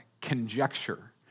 conjecture